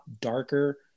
darker